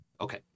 Okay